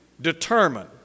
determine